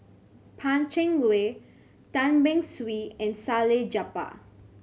Pan Cheng Lui Tan Beng Swee and Salleh Japar